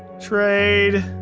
trade.